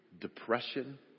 depression